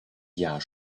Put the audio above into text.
jahr